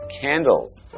candles